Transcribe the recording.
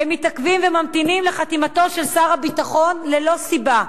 והם מתעכבים וממתינים לחתימתו של שר הביטחון ללא סיבה.